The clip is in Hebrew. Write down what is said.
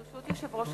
ברשות יושב-ראש